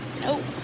Nope